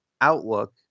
outlook